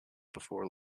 before